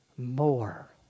more